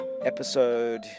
episode